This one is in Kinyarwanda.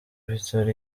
bitaro